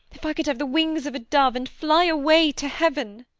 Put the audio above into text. if i could have the wings of a dove and fly away to heaven!